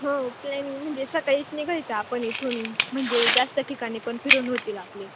हो प्लॅनिंग म्हणजे सकाळीच निघायचं आपण इथून म्हणजे जास्त ठिकाणी पण फिरून होतील आपले